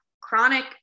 chronic